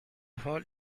حال